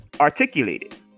articulated